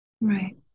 Right